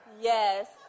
Yes